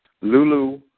Lulu